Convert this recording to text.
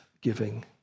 giving